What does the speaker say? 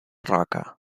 roca